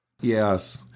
Yes